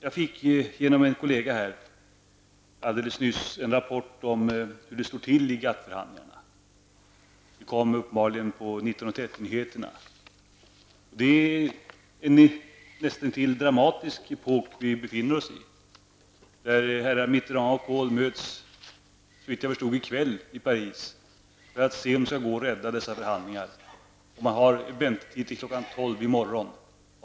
Jag fick genom en kollega alldeles nyss en rapport om hur det står till i GATT nyheterna. Vi befinner oss i en näst intill dramatisk epok där herrar Mitterrand och Kohl möts i kväll i Paris, såvitt jag förstod, för att se om det skall gå att rädda dessa förhandlingar. Man har väntetid till kl. 12.00 i morgon.